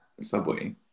subway